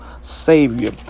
savior